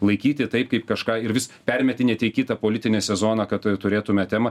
laikyti tai kaip kažką ir vis permetinėti į kitą politinį sezoną kad turėtume temą